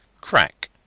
CRACK